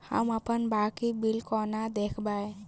हम अप्पन बाकी बिल कोना देखबै?